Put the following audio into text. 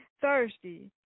Thirsty